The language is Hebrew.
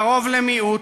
והרוב למיעוט,